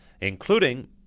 including